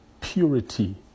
purity